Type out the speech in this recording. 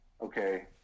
Okay